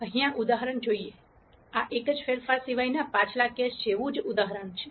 ચાલો અહીં આ ઉદાહરણ જોઈએ આ એક જ ફેરફાર સિવાયના પાછલા કેસ જેવું જ ઉદાહરણ છે